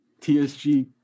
TSG